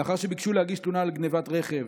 לאחר שביקשו להגיש תלונה על גנבת רכב,